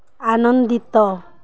ଆନନ୍ଦିତ